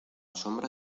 sombra